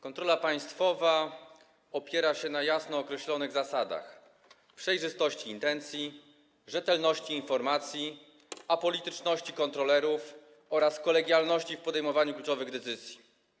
Kontrola państwowa opiera się na jasno określonych zasadach: przejrzystości intencji, rzetelności informacji, apolityczności kontrolerów oraz kolegialności w podejmowaniu kluczowych decyzji.